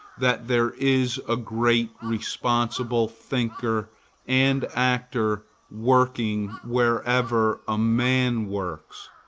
that there is a great responsible thinker and actor working wherever a man works